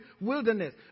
wilderness